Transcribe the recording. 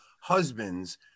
husbands